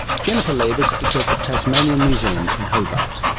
jennifer lavers is at the tasmanian museum in hobart.